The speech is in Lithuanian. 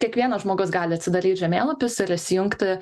kiekvienas žmogus gali atsidaryt žemėlapius ir įsijungti